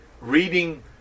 reading